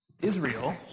Israel